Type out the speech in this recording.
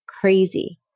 crazy